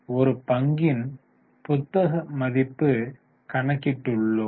ஒரு பங்கின் புத்தக மதிப்பு கணக்கிட்டுள்ளோம்